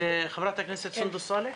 חברת הכנסת סונדוס סאלח.